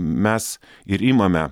mes ir imame